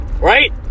Right